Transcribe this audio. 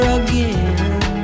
again